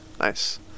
Nice